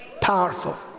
Powerful